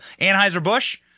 Anheuser-Busch